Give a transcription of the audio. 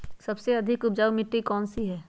सबसे अधिक उपजाऊ मिट्टी कौन सी हैं?